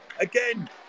Again